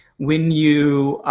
when you,